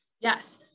Yes